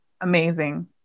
amazing